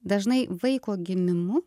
dažnai vaiko gimimu